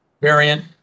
variant